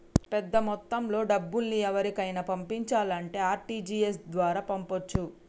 పెద్దమొత్తంలో డబ్బుల్ని ఎవరికైనా పంపించాలంటే ఆర్.టి.జి.ఎస్ ద్వారా పంపొచ్చు